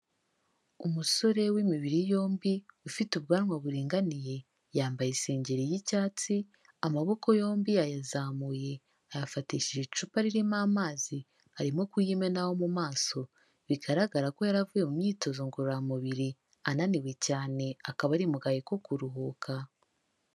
Umusore w'imibiri yombi ufite ubwanwa buringaniye, yambaye isengeri y'icyatsi, amaboko yombi yayazamuye ayafatishije icupa ririmo amazi arimo kuyimenaho mu maso, bigaragara ko yari avuye mu myitozo ngororamubiri ananiwe cyane, akaba ari mu gahe ko kuruhuka.